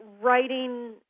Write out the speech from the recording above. writing